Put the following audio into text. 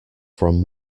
from